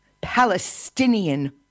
Palestinian